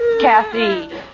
Kathy